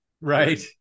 right